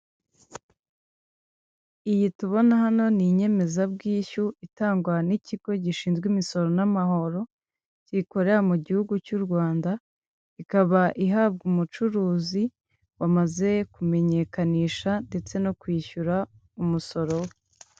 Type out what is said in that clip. Iyi tubona hano ni inyemezabwishyu itangwa n'ikigo gishinzwe imisoro n'amahoro gikorera mu gihugu cy'u Rwanda, ikaba ihabwa umucuruzi wamaze kumenyekanisha ndetse no kwishyura umusoro we.